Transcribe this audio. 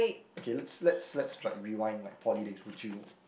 okay let's let's let's like rewind like poly days would you